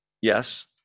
Yes